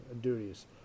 duties